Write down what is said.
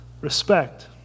respect